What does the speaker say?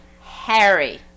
Harry